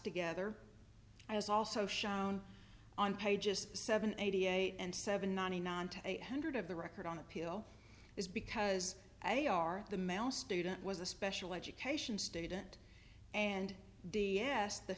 together as also shown on pages seven eighty eight and seven ninety nine two hundred of the record on appeal is because a are the male student was a special education student and d s the